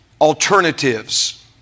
alternatives